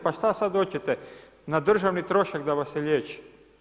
Pa što sada hoćete na državni trošak da vas se liječi?